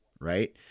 right